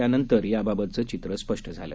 त्यानंतर याबाबतचं चित्र स्पष्ट झालं